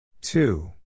Two